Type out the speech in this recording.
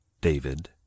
David